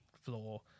floor